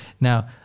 Now